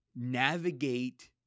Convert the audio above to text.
navigate